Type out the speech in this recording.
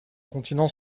continent